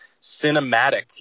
cinematic